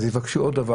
אז יבקשו עוד.